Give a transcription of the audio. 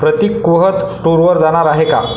प्रतीक कुहद टूरवर जाणार आहे का